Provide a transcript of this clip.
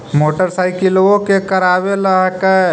मोटरसाइकिलवो के करावे ल हेकै?